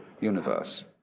universe